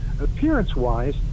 appearance-wise